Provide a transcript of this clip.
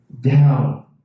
down